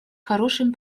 хорошим